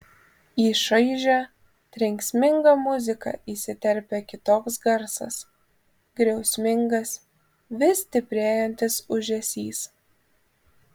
į šaižią trenksmingą muziką įsiterpia kitoks garsas griausmingas vis stiprėjantis ūžesys